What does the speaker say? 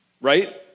right